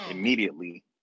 immediately